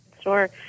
Sure